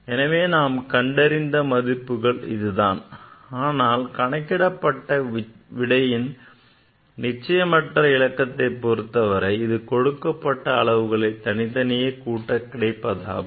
எனவே நாம் கண்டறிந்த மதிப்பு இதுதான் ஆனால் கணக்கிடப்பட்ட விடையின் நிச்சயமற்ற இலக்கத்தை பொறுத்தவரை அது கொடுக்கப்பட்ட அளவுகளை தனித்தனியே கூட்ட கிடைப்பதாகும்